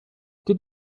did